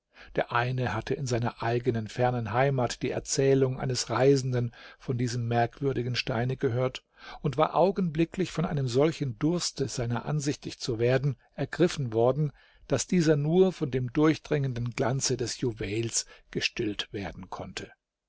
der eine hatte in seiner eigenen fernen heimat die erzählung eines reisenden von diesem merkwürdigen steine gehört und war augenblicklich von einem solchen durste seiner ansichtig zu werden ergriffen worden daß dieser nur von dem durchdringenden glanze des juwels gestillt werden konnte